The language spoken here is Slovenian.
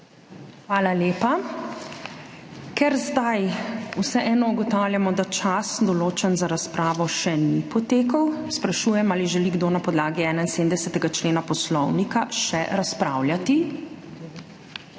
Hvala lepa. Ker zdaj vseeno ugotavljamo, da čas, določen za razpravo, še ni potekel, sprašujem, ali želi kdo na podlagi 71. člena Poslovnika še razpravljati.